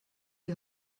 die